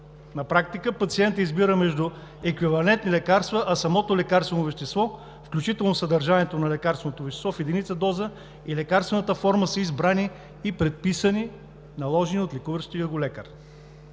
На практика пациентът избира между еквивалентни лекарства, а самото лекарствено вещество, включително съдържанието на лекарственото вещество в единица доза и лекарствената форма са избрани и предписани, наложени от лекуващия го лекар.